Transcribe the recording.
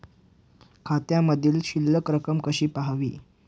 खात्यामधील शिल्लक रक्कम कशी पहावी?